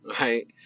right